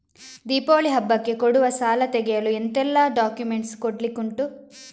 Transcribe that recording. ದೀಪಾವಳಿ ಹಬ್ಬಕ್ಕೆ ಕೊಡುವ ಸಾಲ ತೆಗೆಯಲು ಎಂತೆಲ್ಲಾ ಡಾಕ್ಯುಮೆಂಟ್ಸ್ ಕೊಡ್ಲಿಕುಂಟು?